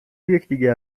یکدیگر